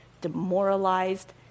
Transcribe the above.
demoralized